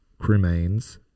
cremains